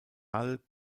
hall